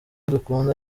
dukunda